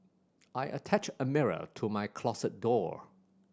I attached a mirror to my closet door